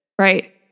right